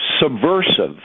subversive